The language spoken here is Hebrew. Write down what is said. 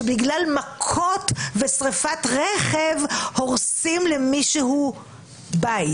שבגלל מכות ושריפת רכב הורסים למישהו בית?